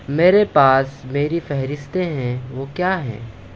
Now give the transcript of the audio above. میرے پاس میری فہرستیں ہیں وہ کیا ہیں